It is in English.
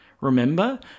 Remember